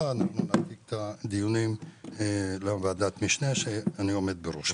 ולהעביר את הדיונים לוועדת המשנה בראשה אני עומד.